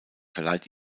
verleiht